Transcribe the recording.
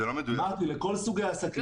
אמרתי, לכל סוגי העסקים.